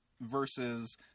versus